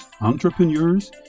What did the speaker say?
entrepreneurs